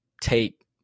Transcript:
take